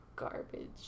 Garbage